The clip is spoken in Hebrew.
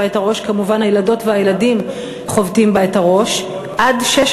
את הראש אלא כמובן הילדות והילדים חובטים בה את הראש,